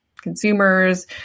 consumers